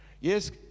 yes